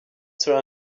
cela